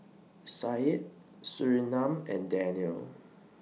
Syed Surinam and Danial